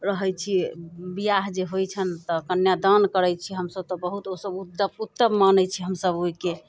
रहैत छी विवाह जे होइ छैन तऽ कन्यादान करै छी हमसभ तऽ बहुत ओसभ उत्तम उत्तम मानैत छी हमसभ ओहिके